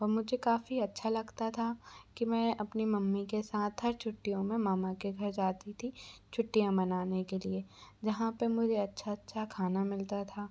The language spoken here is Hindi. मुझे काफ़ी अच्छा लगता था की मैं अपनी मम्मी के साथ हर छुट्टियों मे मामा के घर जाती थी छुट्टियाँ मनाने के लिए जहाँ पर मुझे अच्छा अच्छा खाना मिलता था